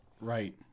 right